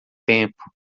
tempo